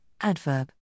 adverb